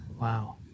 Wow